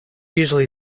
usually